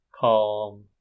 calm